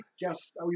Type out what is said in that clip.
Yes